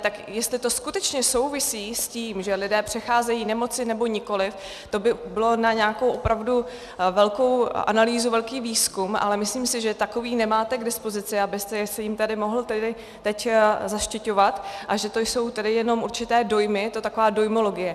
Tak jestli to skutečně souvisí s tím, že lidé přecházejí nemoci, nebo nikoliv, to by bylo na nějakou opravdu velkou analýzu, velký výzkum, ale myslím si, že takový nemáte k dispozici, abyste se jím tady teď mohl zaštiťovat, a že to jsou tedy jen určité dojmy, je to taková dojmologie.